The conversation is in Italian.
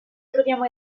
troviamo